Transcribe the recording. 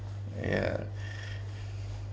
ya